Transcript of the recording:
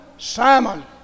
Simon